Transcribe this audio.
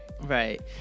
Right